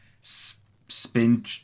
spin